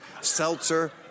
seltzer